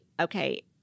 okay